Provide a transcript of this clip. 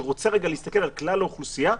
שרוצה להסתכל על כלל האוכלוסייה,